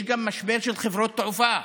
יש גם משבר של חברות תעופה.